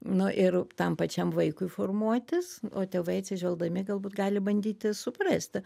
nu ir tam pačiam vaikui formuotis o tėvai atsižvelgdami galbūt gali bandyti suprasti